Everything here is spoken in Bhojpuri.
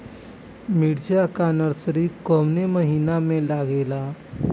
मिरचा का नर्सरी कौने महीना में लागिला?